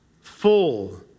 full